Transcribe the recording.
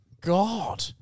God